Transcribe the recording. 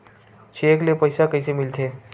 Cheque ले पईसा कइसे मिलथे?